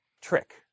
trick